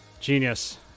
Genius